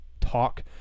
talk